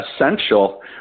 essential